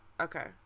Okay